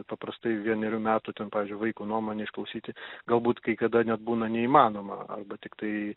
paprastai vienerių metų ten pavyzdžiui vaiko nuomonę išklausyti galbūt kai kada net būna neįmanoma arba tiktai